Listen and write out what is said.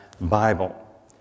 Bible